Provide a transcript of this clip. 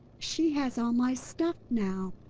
she has all my stuff now!